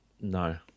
No